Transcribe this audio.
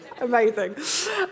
Amazing